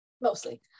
mostly